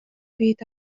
byd